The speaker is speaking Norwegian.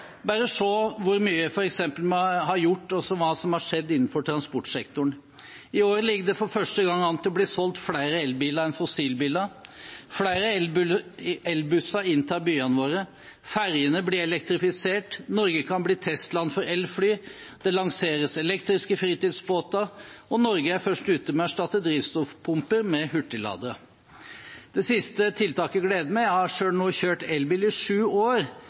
Bare se f.eks. på hvor mye vi har gjort, og hva som har skjedd, innenfor transportsektoren: I år ligger det for første gang an til å bli solgt flere elbiler enn fossilbiler. Flere elbusser inntar byene våre. Fergene blir elektrifisert. Norge kan bli testland for elfly. Det lanseres elektriske fritidsbåter. Norge er først ute med å erstatte drivstoffpumper med hurtigladere. Det siste tiltaket gleder meg. Jeg har selv kjørt elbil i sju år,